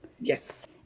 yes